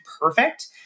perfect